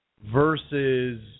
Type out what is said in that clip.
versus